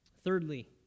thirdly